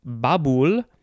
babul